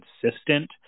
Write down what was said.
consistent